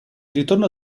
ritorno